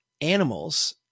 animals